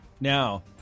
Now